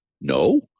No